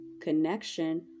connection